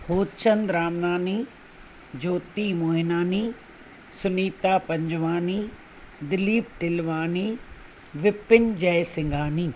Hotchand Ramnani Jyoti Mohinani Sunita Panjwani Dilip Tilwani Vipin Jaisinghani